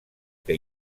que